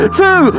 two